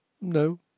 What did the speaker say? No